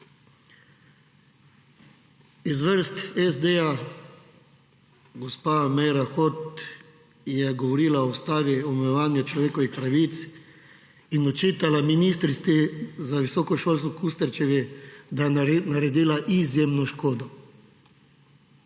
iz vrst SD, gospa Meira Hot, je govorila o ustavi, o omejevanju človekovih pravic in očitala ministrici za visoko šolstvo, Kustečevi, da je naredila izjemno škodo.